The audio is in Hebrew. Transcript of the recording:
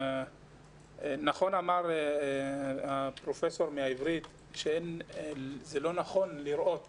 נכון אמר הפרופסור מהעברית שזה לא נכון לראות